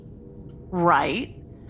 Right